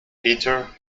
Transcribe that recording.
peter